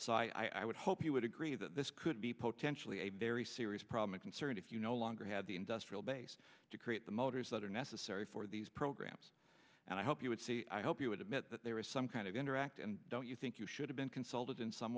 so i i would hope you would agree that this could be potentially a very serious problem a concern if you no longer have the industrial base to create the motors that are necessary for these programs and i hope you would see i hope you admit that there is some kind of interact and don't you think you should have been consulted in some